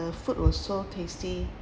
food was so tasty